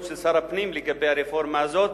של שר הפנים לגבי הרפורמה הזאת.